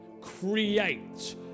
create